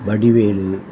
Vadivelu